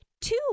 two